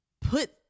put